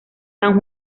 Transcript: san